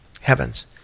heavens